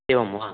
एवं वा